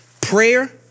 Prayer